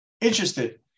interested